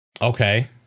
Okay